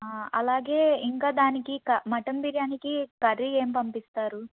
అలాగే ఇంకా దానికి మటన్ బిర్యానీకి కర్రీ ఏమి పంపిస్తారు